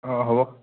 অঁ হ'ব